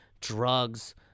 drugs